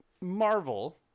Marvel